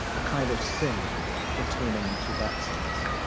a kind of sin pertaining to that sense.